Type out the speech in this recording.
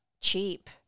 cheap